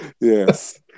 Yes